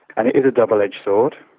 and it is a double-edged sword.